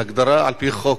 בהגדרה על-פי חוק,